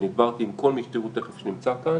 ונדברתי עם כל מי שתראו תכף שנמצא כאן,